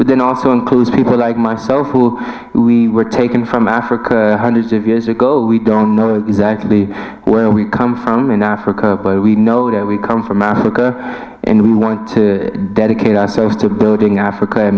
within also includes people like myself who were taken from africa hundreds of years ago we don't know exactly where we come from in africa we know that we come from africa and we want to dedicate ourselves to building africa and